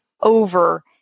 over